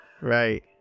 Right